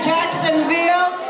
Jacksonville